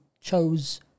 chose